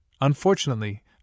unfortunately